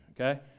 okay